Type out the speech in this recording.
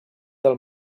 del